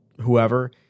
whoever